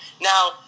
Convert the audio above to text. Now